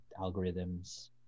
algorithms